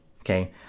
okay